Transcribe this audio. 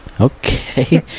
Okay